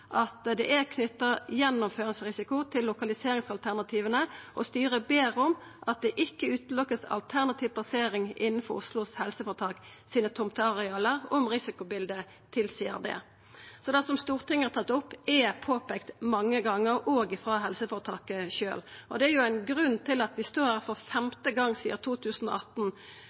at det er knyttet gjennomføringsrisiko til lokaliseringsalternativene og ber om at det ikke utelukkes alternativ plassering innen Oslo universitetssykehus HFs tomtearealer om risikobildet tilsier dette.» Det som Stortinget har tatt opp, er påpeikt mange gonger, òg frå helseføretaket sjølv. Det er jo ein grunn til at vi står her for femte gongen sidan 2018,